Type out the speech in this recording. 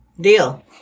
Deal